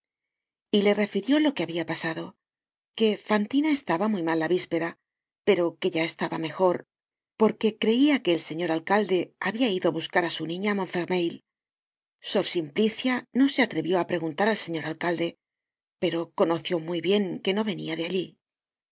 y le refirió lo que habia pasado que fantina estaba muy mal la víspera pero que ya estaba mejor porque creia que el señor alcalde habia ido á buscar á su niña á montfermeil sor simplicia no se atrevió á preguntar al señor alcalde pero conoció muy bien que no venia de allí